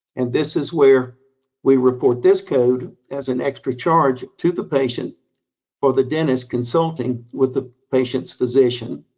and this is where we report this code as an extra charge to the patient for the dentist consulting with the patient's physician.